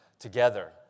Together